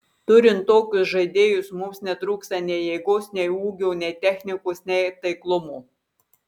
turint tokius žaidėjus mums netrūksta nei jėgos nei ūgio nei technikos nei taiklumo